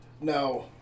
No